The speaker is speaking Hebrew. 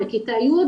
בכיתה י',